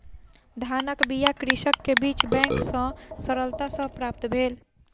धानक बीया कृषक के बीज बैंक सॅ सरलता सॅ प्राप्त भेल